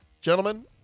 Gentlemen